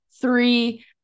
three